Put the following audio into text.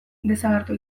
desagertu